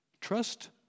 trust